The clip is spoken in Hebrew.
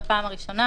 בפעם הראשונה,